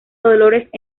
dolores